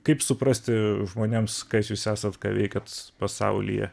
kaip suprasti žmonėms kas jūs esat ką veikiat pasaulyje